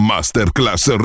Masterclass